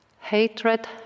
Hatred